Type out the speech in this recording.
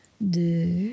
de